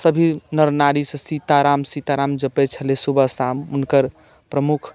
सभी नर नारीसभ सीताराम सीताराम जपैत छलै सुबह शाम हुनकर प्रमुख